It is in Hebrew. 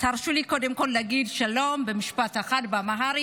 תרשו לי, קודם כול, להגיד שלום במשפט אחד באמהרית.